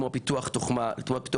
כמו פיתוח תוכנה,